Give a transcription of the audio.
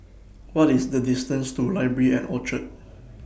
What IS The distance to Library At Orchard